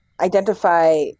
identify